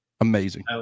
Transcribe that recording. Amazing